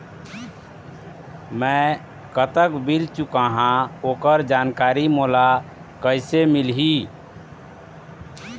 मैं कतक बिल चुकाहां ओकर जानकारी मोला कइसे मिलही?